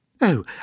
Oh